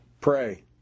Pray